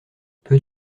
peux